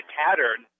pattern